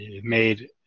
made